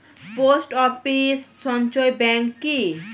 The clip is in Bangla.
পোস্ট অফিস সঞ্চয় ব্যাংক কি?